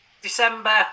December